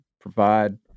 provide